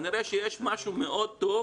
כנראה שיש משהו מאוד טוב